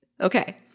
Okay